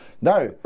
Now